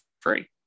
free